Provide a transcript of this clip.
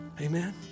Amen